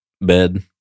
bed